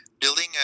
building